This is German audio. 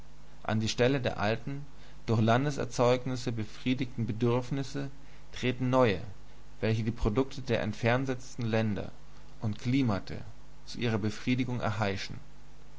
an die stelle der alten durch landeserzeugnisse befriedigten bedürfnisse treten neue welche die produkte der entferntesten länder und klimate zu ihrer befriedigung erheischen